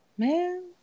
man